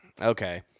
okay